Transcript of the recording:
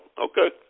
okay